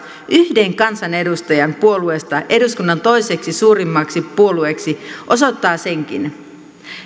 yhden kansanedustajan puolueesta eduskunnan toiseksi suurimmaksi puolueeksi osoittaa senkin